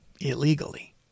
illegally